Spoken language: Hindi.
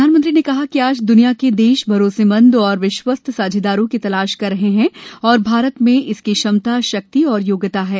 प्रधानमंत्री ने कहा कि आज दुनिया के देश भरोसेमंद और विश्वस्त साझेदारों की तलाश कर रहे हैं और भारत में इसकी क्षमता शक्ति और योग्यता है